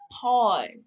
pause